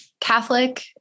Catholic